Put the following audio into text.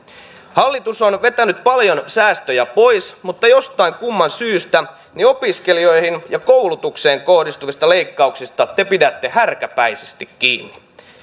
hallitus on on vetänyt paljon säästöjä pois mutta jostain kumman syystä opiskelijoihin ja koulutukseen kohdistuvista leikkauksista te pidätte härkäpäisesti kiinni